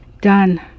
Done